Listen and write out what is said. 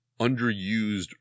underused